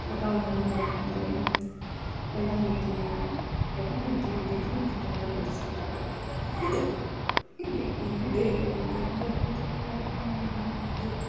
ತೋಟವನ್ನು ಮಾಡಬೇಕಾದ್ರೆ ಎಲ್ಲ ರೀತಿಯ ಎಲ್ಲ ರೀತಿಯಲ್ಲಿ ಕ್ರಿಮಿ ಕೀಟಗಳನ್ನು ಎದುರಿಸ್ಬೇಕಾಗುತ್ತೆ ಇಲ್ಲಿ ಏನು ಧೈರ್ಯ ಹೊಂದಿದ್ದರೆ ತೋಟಗಾರಿಕೆಯನ್ನು ಮಾಡಬಹುದು